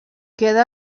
queda